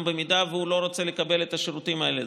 אם הוא לא רוצה לקבל את השירותים האלה.